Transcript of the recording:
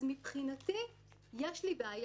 אז מבחינתי יש לי בעיה,